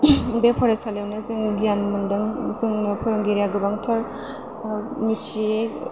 बे फरायसालियावनो जों गियान मोन्दों जोंनो फोरोंगिरिया गोबांथार मिथियै